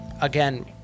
again